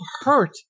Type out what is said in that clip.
hurt